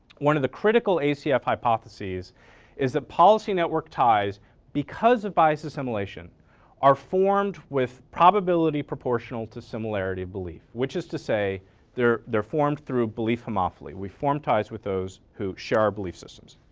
one of the critical acf hypotheses is that policy network ties because of biased assimilation are formed with probability proportional to similarity belief, which is to say they're they're formed through belief homophily. we form ties with those who share our belief systems.